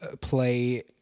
play